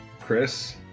Chris